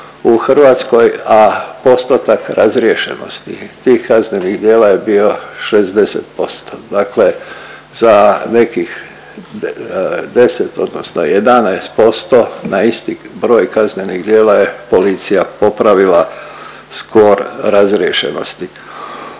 u Hrvatskoj, a postotak razriješenosti tih kaznenih djela je bio 60%. Dakle, za nekih 10 odnosno 11% na isti broj kaznenih djela je policija popravila skor razriješenosti.